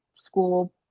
school